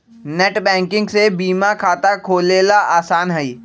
net banking से बीमा खाता खोलेला आसान हई